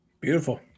Beautiful